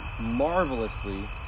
marvelously